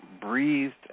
breathed